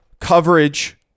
coverage